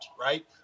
right